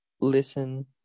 listen